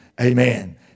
amen